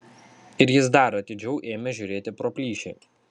ir jis dar atidžiau ėmė žiūrėti pro plyšį